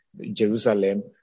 Jerusalem